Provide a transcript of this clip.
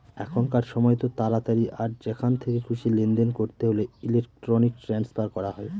এখনকার সময়তো তাড়াতাড়ি আর যেখান থেকে খুশি লেনদেন করতে হলে ইলেক্ট্রনিক ট্রান্সফার করা হয়